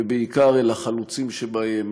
ובעיקר על החלוצים שבהם,